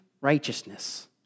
righteousness